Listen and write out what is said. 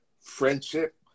friendship